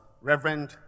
Reverend